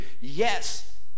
Yes